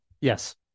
Yes